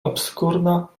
obskurna